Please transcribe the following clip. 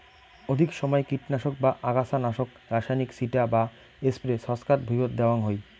অধিক সমাই কীটনাশক বা আগাছানাশক রাসায়নিক ছিটা বা স্প্রে ছচকাত ভুঁইয়ত দ্যাওয়াং হই